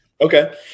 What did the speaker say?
Okay